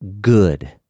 good